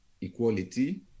equality